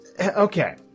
okay